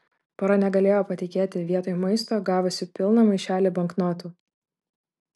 pora negalėjo patikėti vietoj maisto gavusi pilną maišelį banknotų